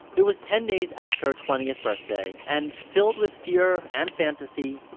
it was ten days after her twentieth birthday and, filled with fear and fantasy,